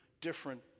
different